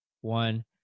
one